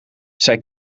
zij